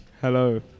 Hello